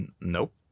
Nope